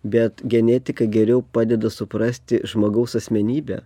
bet genetika geriau padeda suprasti žmogaus asmenybę